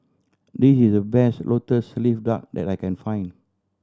this is the best Lotus Leaf Duck that I can find